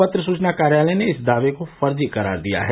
पत्र सूचना कार्यालय ने इस दावे को फर्जी करार दिया है